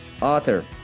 Author